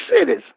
cities